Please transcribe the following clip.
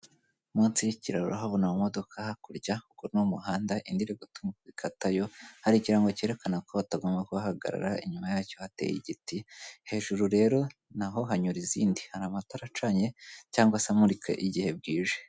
Munsi y'ikiraro habona amamodoka hakurya kuri uno muhanda, indi irigatayo hari ikirango cyerekana ko batagomba kuhahagarara, inyuma yacyo hateye igiti, hejuru rero naho hanyura izindi hari amatara acanye cyangwa se amurika igihe bwije.